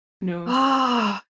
No